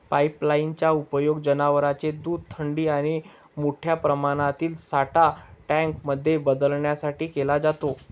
pipeline चा उपयोग जनवरांचे दूध थंडी आणि मोठ्या प्रमाणातील साठा टँक मध्ये बदलण्यासाठी केला जातो